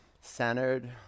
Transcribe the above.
centered